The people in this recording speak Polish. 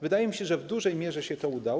Wydaje mi się, że w dużej mierze się to udało.